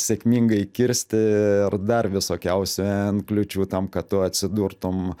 sėkmingai kirsti ar dar visokiausių n kliūčių tam kad tu atsidurtum